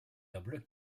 noble